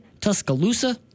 Tuscaloosa